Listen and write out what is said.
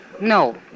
no